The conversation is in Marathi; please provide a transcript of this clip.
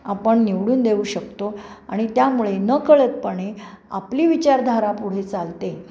आपण निवडून देऊ शकतो आणि त्यामुळे नकळतपणे आपली विचारधारा पुढे चालते